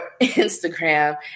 Instagram